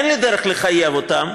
אין לי דרך לחייב אותן,